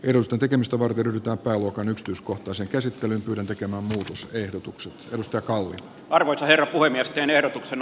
edusta tekemistä varten ryhdytään pääluokan yksityiskohtaiseen käsittelyyn tulen tekemään muutos ehdotukset perustakaa arvoisa herra puhemies jan ehdotuksen